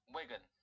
Wigan